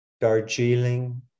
Darjeeling